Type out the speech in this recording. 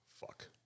fuck